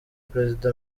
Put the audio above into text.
perezida